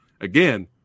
Again